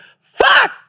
fuck